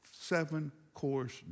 seven-course